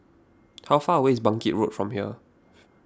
how far away is Bangkit Road from here